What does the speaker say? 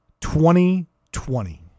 2020